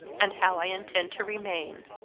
and how i intend to remain.